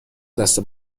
دست